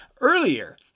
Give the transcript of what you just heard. earlier